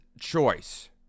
choice